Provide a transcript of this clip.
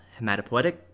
hematopoietic